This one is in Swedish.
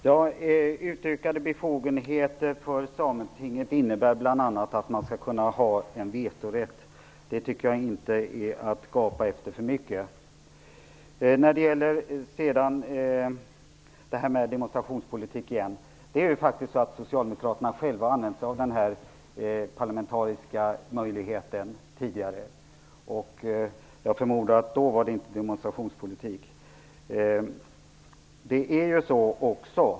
Herr talman! Utökade befogenheter för Sametinget innebär bl.a. att det skall ha vetorätt. Det tycker jag inte är att gapa efter för mycket. När det gäller demonstrationspolitiken är det faktiskt så att Socialdemokraterna själva har använt sig av denna parlamentariska möjlighet tidigare. Jag förmodar att det inte var demonstrationspolitik då.